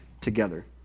together